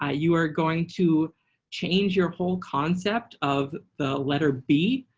ah you are going to change your whole concept of the letter b.